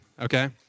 Okay